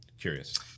Curious